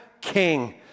King